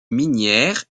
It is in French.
minière